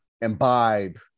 imbibe